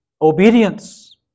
obedience